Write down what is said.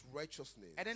righteousness